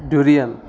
durian